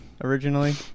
originally